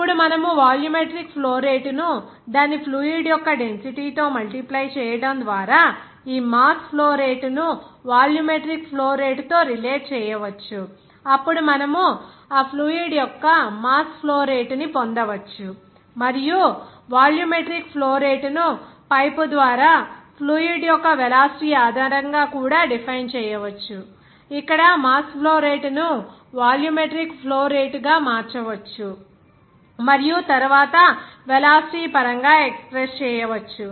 ఇప్పుడు మనము volumetric flow rate ను దాని ఫ్లూయిడ్ యొక్క డెన్సిటీ తో మల్టిప్లై చేయడం ద్వారా ఈ మాస్ ఫ్లో రేటు ను వాల్యూమెట్రిక్ ఫ్లో రేటుvolumetric flow rate తో రిలేట్ చేయవచ్చు అప్పుడు మనము ఆ ఫ్లూయిడ్ యొక్క మాస్ ఫ్లో రేటు ని పొందవచ్చు మరియు వాల్యూమెట్రిక్ ఫ్లో రేటు ను పైపు ద్వారా ఫ్లూయిడ్ యొక్క వెలాసిటీ ఆధారంగా కూడా డిఫైన్ చేయవచ్చు ఇక్కడ మాస్ ఫ్లో రేటును వాల్యూమెట్రిక్ ఫ్లో రేటు గా మార్చవచ్చు మరియు తరువాత వెలాసిటీ పరంగా ఎక్స్ప్రెస్ చేయవచ్చు